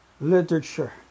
Literature